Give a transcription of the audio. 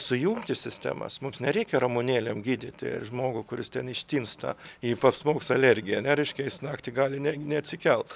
sujungti sistemas mums nereikia ramunėlėm gydyti žmogų kuris ten ištinsta jį pasmaugs alergija ar ne reiškia jis naktį gali neatsikelt